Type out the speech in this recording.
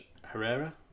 Herrera